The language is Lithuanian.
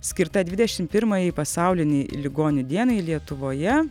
skirta dvidešimt pirmajai pasaulinei ligonių dienai lietuvoje